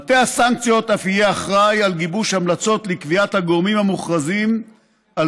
מטה הסנקציות אף יהיה אחראי לגיבוש המלצות לקביעת הגורמים המוכרזים על